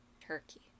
Turkey